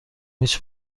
هیچ